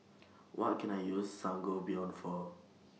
What Can I use Sangobion For